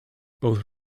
both